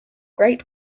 great